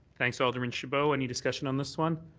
thanks, alderman chabot. any discussion on this one?